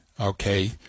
okay